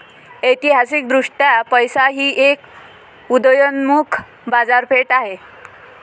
ऐतिहासिकदृष्ट्या पैसा ही एक उदयोन्मुख बाजारपेठ आहे